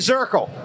Zirkle